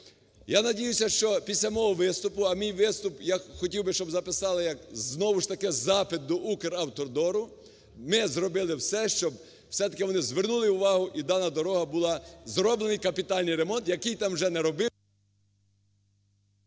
Я надіюся, що після мого виступу, а мій виступ я хотів би, щоб записали як, знову ж таки, запит до "Укравтодору", ми зробили все, щоб все-таки вони звернули увагу і дана дорога була... зроблений капітальний ремонт, який там вже не робився...